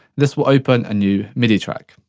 this will open a new midi track.